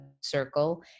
circle